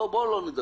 יש